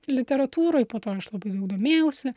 literatūroje po to aš labai daug domėjausi